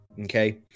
Okay